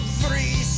three